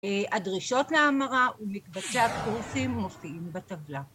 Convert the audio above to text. הדרישות להמרה ומקבצי הקורסים מופיעים בטבלה